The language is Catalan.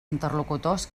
interlocutors